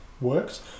works